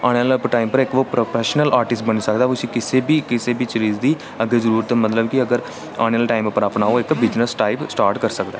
ते आने आह्ले टाईम पर ओह् फ्रोफेशनल बनी सकदा ऐ ते उसी किसै बी किसै बी जरूरत मतलब की अगर अपने आह्ले टाईम पर ओह् अपना बिज़नेस टाईप जेह्ड़ा स्टार्ट करी सकदा ऐ